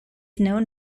known